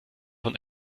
von